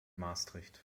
maastricht